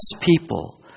people